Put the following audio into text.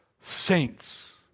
saints